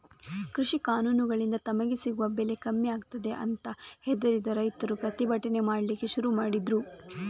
ಕೃಷಿ ಕಾನೂನುಗಳಿಂದ ತಮಗೆ ಸಿಗುವ ಬೆಲೆ ಕಮ್ಮಿ ಆಗ್ತದೆ ಅಂತ ಹೆದರಿದ ರೈತರು ಪ್ರತಿಭಟನೆ ಮಾಡ್ಲಿಕ್ಕೆ ಶುರು ಮಾಡಿದ್ರು